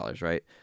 right